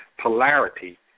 polarity